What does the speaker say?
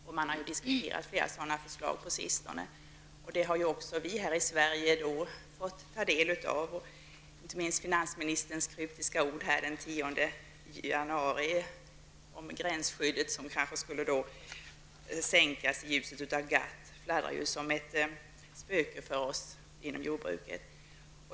På sistone har flera sådana förslag diskuterats och dessa diskussioner har vi här i Sverige kunnat ta del av. Inte minst finansministerns kryptiska ord här den 10 januari om att gränsskyddet kanske skulle sänkas i ljuset av GATT fladdrar som ett spöke för oss inom jordbruket.